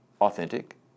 authentic